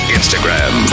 Instagram